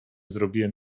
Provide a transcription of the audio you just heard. zrobiłem